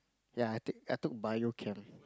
ya I take I took Bio Chem